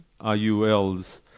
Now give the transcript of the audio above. IULs